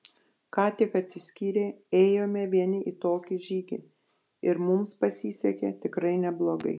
ką tik atsiskyrę ėjome vieni į tokį žygį ir mums pasisekė tikrai neblogai